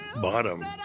Bottom